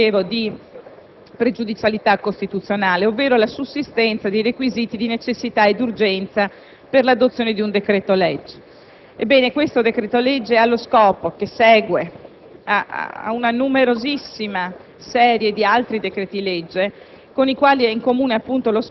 In proposito, mi soffermo brevemente anche sull'ultimo rilievo di pregiudizialità costituzionale, ovvero sulla sussistenza dei requisiti di necessità e urgenza per l'adozione di un decreto-legge. Ebbene, il presente decreto-legge ha lo scopo, comune